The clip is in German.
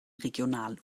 regional